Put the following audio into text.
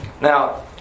Now